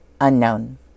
unknown